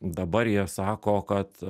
dabar jie sako kad